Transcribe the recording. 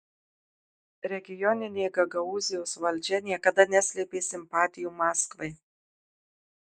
regioninė gagaūzijos valdžia niekada neslėpė simpatijų maskvai